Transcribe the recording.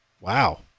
wow